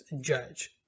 judge